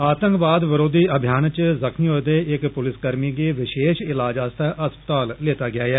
आतंकवाद विरोधी अभियान च जख्मी होए दे इक पुलिस कर्मी गी विशेष इलाज आस्तै अस्पताल लेता गेआ ऐ